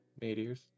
meteors